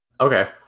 Okay